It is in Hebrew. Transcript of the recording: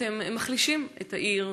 אתם מחלישים את העיר,